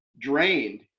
drained